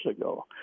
ago